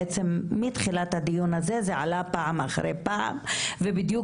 בעצם מתחילת הדיון הזה זה עלה פעם אחרי פעם ובדיוק